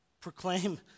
proclaim